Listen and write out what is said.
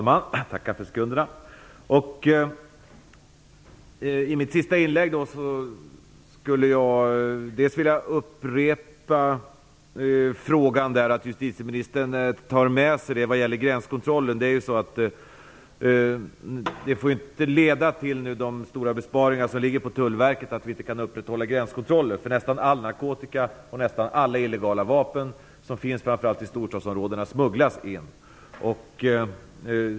Herr talman! I mitt sista inlägg vill jag åter uppmana justitieministern att ta med sig det jag sade om gränskontrollen. De stora besparingar som skall göras inom Tullverket får inte leda till att vi inte kan upprätthålla gränskontrollen. Nästan all narkotika och alla illegala vapen som finns framför allt i storstadsområdena smugglas in.